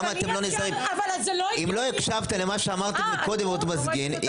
אם לא הקשבת למה שאמרתי מקודם עם אוטמזגין,